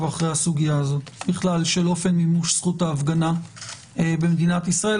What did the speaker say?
אחרי הסוגיה הזאת בכלל של אופן מימוש זכות ההפגנה במדינת ישראל,